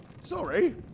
sorry